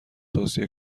توصیه